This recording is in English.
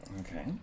Okay